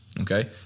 Okay